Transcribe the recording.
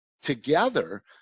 together